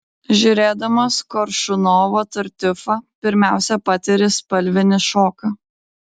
žiūrėdamas koršunovo tartiufą pirmiausia patiri spalvinį šoką